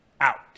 out